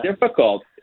difficult